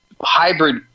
hybrid